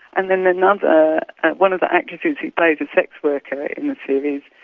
and then another one of the actresses who plays a sex worker in the series,